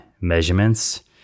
measurements